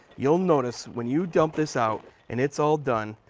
you will notice when you dump this out, and it's all done,